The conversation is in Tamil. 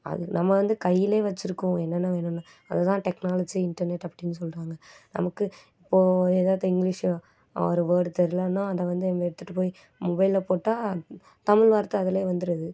அது நம்ம வந்து கையில் வெச்சுருக்கோம் என்னென்ன வேணும்னா அது தான் டெக்னாலஜி இன்டர்நெட் அப்படின்னு சொல்கிறாங்க நமக்கு இப்போது ஏதாவுது இங்கிலீஷை ஒரு வேர்டு தெரிலன்னா அதை வந்து எங்கள் எடுத்துகிட்டுப் போய் மொபைலில் போட்டால் தமிழ் வார்த்தை அதுலே வந்திருது